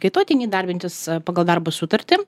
kai tu ateini darbintis pagal darbo sutartį